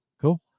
cool